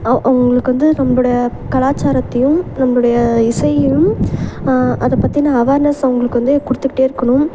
அவங்ளுக்கு வந்து நம்பளோட கலாச்சாரத்தையும் நம்பளுடைய இசையையும் அதை பற்றின அவேர்னஸ் அவங்களுக்கு வந்து கொடுத்துக்கிட்டே இருக்கணும்